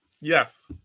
Yes